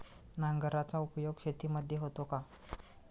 नांगराचा उपयोग शेतीमध्ये होतो का?